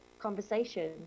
conversation